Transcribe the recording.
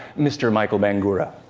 mr micheal bangura.